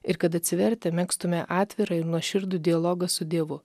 ir kad atsivertę megztume atvirą ir nuoširdų dialogą su dievu